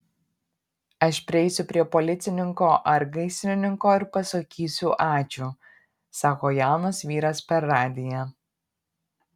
aš prieisiu prie policininko ar gaisrininko ir pasakysiu ačiū sako jaunas vyras per radiją